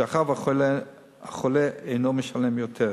שאחריה החולה אינו משלם כלל.